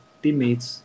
teammates